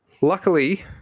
luckily